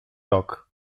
rok